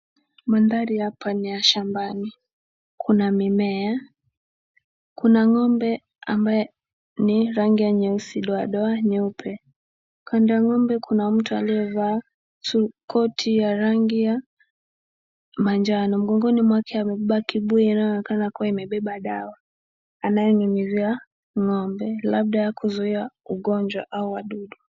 Madhari hapa ni ya shambani, kuna mimea, kuna ngombe ambaye ni rangi ya nyeusi doadoa nyeupe. Kando ya ngombe kuna mtu alievaa koti ya rangi ya manjano, mgongoni mwake amebeba kibuyu inaonekana kuwa imebeba dawa anayenyunyuzia ngombe labda kuzuia ugonjwa au wadudu.